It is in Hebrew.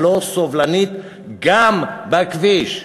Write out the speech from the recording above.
הלא-סובלנית גם בכביש.